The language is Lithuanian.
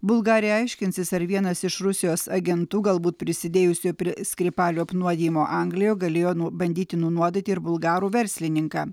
bulgarija aiškinsis ar vienas iš rusijos agentų galbūt prisidėjusio prie skripalių apnuodijimo anglijoje galėjo bandyti nunuodyti ir bulgarų verslininką